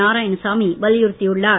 நாராயணசாமி வலியுறுத்தியுள்ளார்